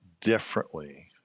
differently